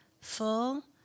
Full